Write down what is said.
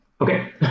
Okay